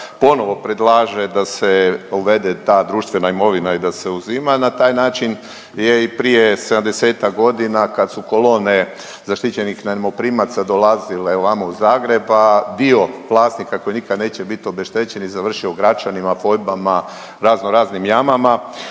ponovno predlaže da se uvede ta društvena imovina i da se uzima, na taj način je i prije 70-ak godina kad su kolone zaštićenih najmoprimaca dolazile vamo u Zagreb, a dio vlasnika koji nikad neće bit obeštećeni, završio u Gračanima, Fojbama, razno raznim jamama